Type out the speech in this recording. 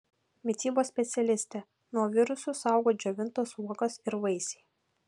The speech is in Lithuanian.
mitybos specialistė nuo virusų saugo džiovintos uogos ir vaisiai